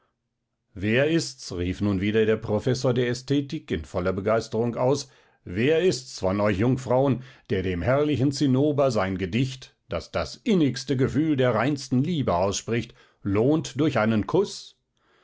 wer ist's rief nun wieder der professor der ästhetik in voller begeisterung aus wer ist's von euch jungfrauen der dem herrlichen zinnober sein gedicht das das innigste gefühl der reinsten liebe ausspricht lohnt durch einen kuß